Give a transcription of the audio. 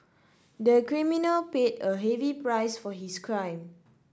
the criminal paid a heavy price for his crime